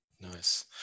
Nice